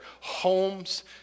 homes